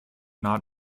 not